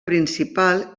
principal